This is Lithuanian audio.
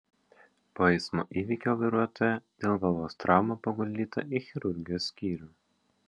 po eismo įvykio vairuotoja dėl galvos traumos paguldyta į chirurgijos skyrių